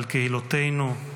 על קהילותינו,